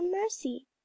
mercy